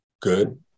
good